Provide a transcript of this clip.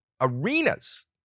arenas